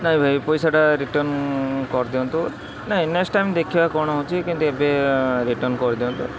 ନାହିଁ ଭାଇ ପଇସାଟା ରିଟର୍ଣ୍ଣ କରି ଦିଅନ୍ତୁ ନାହିଁ ନେକ୍ସ ଟାଇମ୍ ଦେଖିବା କ'ଣ ହେଉଛି କିନ୍ତୁ ଏବେ ରିଟର୍ଣ୍ଣ କରି ଦିଅନ୍ତୁ